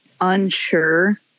unsure